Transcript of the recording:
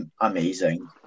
amazing